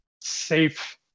safe